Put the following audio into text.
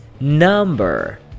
number